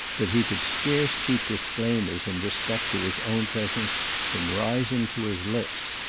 that he could scarce keep disclaimers in respect to his own presence from rising to his lips.